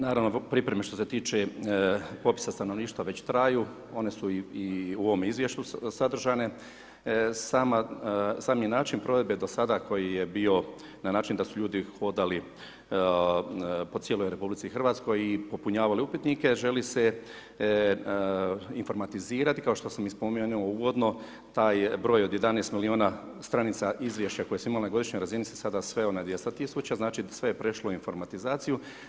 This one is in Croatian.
Naravno pripreme što se tiče popisa stanovništva već traju, one su i u ovom izvješću sadržane, sami način provedbe koji je bio na način da su ljudi hodali po cijeloj RH i popunjavali upitnike želi se informatizirani kao što sam i spomenuo uvodno, taj broj od 11 miliona stranica izvješća koje su imale na godišnjoj razini se sada sveo na 200 tisuća, znači sve je prešlo informatizaciju.